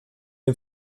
dem